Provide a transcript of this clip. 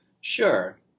Sure